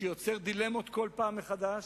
שיוצר דילמות בכל פעם מחדש.